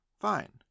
fine